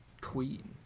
queen